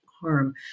harm